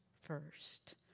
first